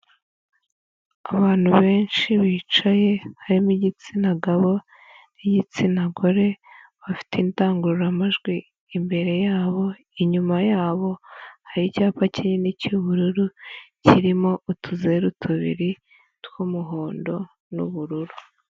Abantu benshi bicaye, harimo igitsina gabo n'igitsina gore, bafite indangururamajwi imbere yabo, inyuma yabo hari icyapa kinini cy'ubururu kirimo utuzeru tubiri tw'umuhondo n'ubururu.